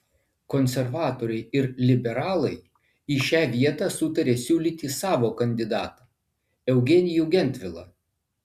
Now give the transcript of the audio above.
konservatoriai ir liberalai į šią vietą sutarė siūlyti savo kandidatą eugenijų gentvilą